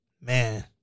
Man